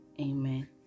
Amen